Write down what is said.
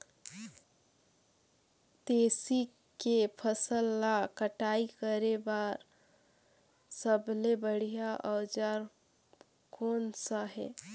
तेसी के फसल ला कटाई करे बार सबले बढ़िया औजार कोन सा हे?